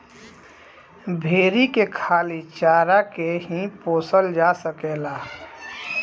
भेरी के खाली चारा के ही पोसल जा सकेला